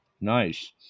Nice